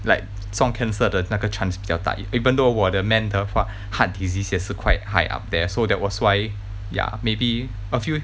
like 中 cancer 的那个 chance 比较大 even though 我的 man 的话 heart disease 也是 quite high up there so that was why ya maybe a few